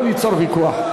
לא ליצור ויכוח.